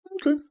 Okay